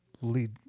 lead